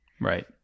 Right